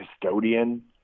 custodian